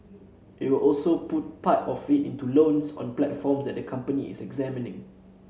it will also put part of it into loans on platforms that the company is examining